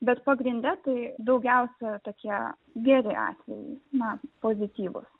bet pagrinde tai daugiausia tokie geri atvejai na pozityvūs